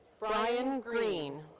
brian green.